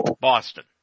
Boston